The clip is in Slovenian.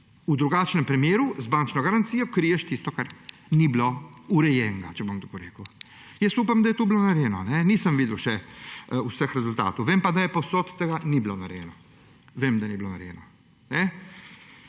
V drugačnem primeru z bančno garancijo kriješ tisto, kar ni bilo urejeno, če bom tako rekel. Upam, da je to bilo narejeno. Nisem še videl vseh rezultatov, vem pa, da povsod tega ni bilo narejenega. Vem, da ni bilo narejeno.